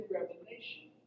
Revelation